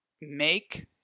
make